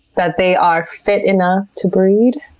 that they are fit enough to breed.